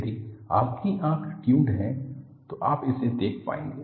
यदि आपकी आंख टियूनड हैं तो आप इसे देख पाएंगे